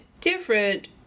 different